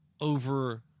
over